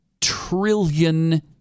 trillion